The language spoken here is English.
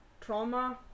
trauma